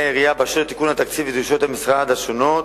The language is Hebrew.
העירייה באשר לתיקון התקציב ודרישות המשרד השונות.